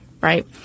right